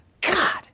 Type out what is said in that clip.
God